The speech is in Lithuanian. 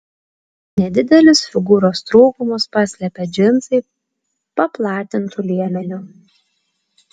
nedidelius figūros trūkumus paslepia džinsai paplatintu liemeniu